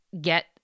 get